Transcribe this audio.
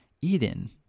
Eden